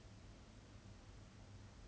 that's a very drastic stance